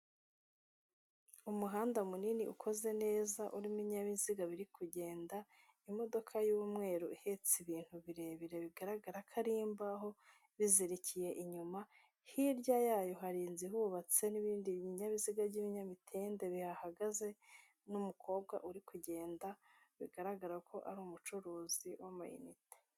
Umuhanda munini ukoze neza urimo ibinyabiziga biri kugenda, imodoka y'umweru ihetse ibintu birebire bigaragara ko ari imbaho, bizirikiye inyuma, hirya yayo hari inzu ihubatswe n'ibindi binyabiziga by'ibinyamitende bihahagaze n'umukobwa uri kugenda bigaragara ko ari umucuruzi w'amayinite.